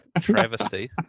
Travesty